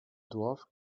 dorf